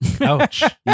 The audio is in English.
Ouch